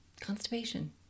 constipation